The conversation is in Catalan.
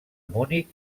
munic